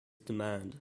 demand